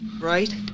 Right